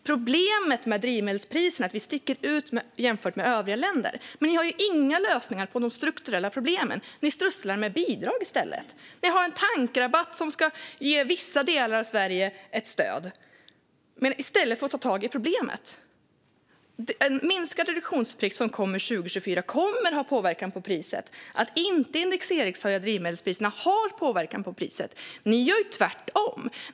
Problemet med drivmedelspriserna är att vi sticker ut jämfört med övriga länder. Men ni har inga lösningar på de strukturella problemen. Ni strösslar med bidrag i stället. Ni har en tankrabatt som ska ge vissa delar av Sverige ett stöd i stället för att ta tag i problemet. En minskad reduktionsplikt 2024 kommer att ha påverkan på priset. Att inte indexeringshöja drivmedelspriserna har påverkan på priset. Ni gör tvärtom.